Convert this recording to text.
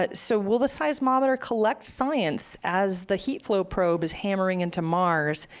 but so, will the seismometer collect science as the heat flow probe is hammering into mars,